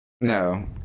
No